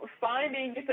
Finding